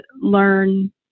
learn